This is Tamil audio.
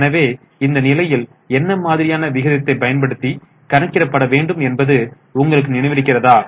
எனவே இந்த நிலையில் என்ன மாதிரியான விகிதத்தை பயன்படுத்தி கணக்கிடப்பட வேண்டும் என்பது உங்களுக்கு நினைவிருக்கிறதா